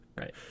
right